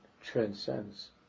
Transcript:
transcends